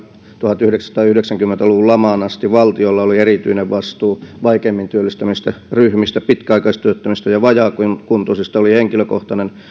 tuhatyhdeksänsataayhdeksänkymmentä luvun lamaan asti valtiolla oli erityinen vastuu vaikeimmin työllistyvistä ryhmistä pitkäaikaistyöttömistä ja vajaakuntoisista oli henkilökohtainen